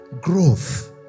growth